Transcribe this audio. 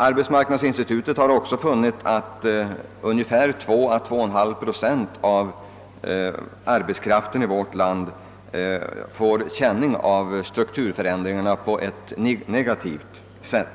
Arbetsmarknadsinstitutet har också funnit att 2 å 2,5 procent av arbetskraften i vårt land får känning av strukturförändringarna på ett negativt sätt.